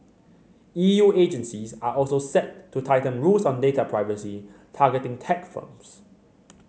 E U agencies are also set to tighten rules on data privacy targeting tech firms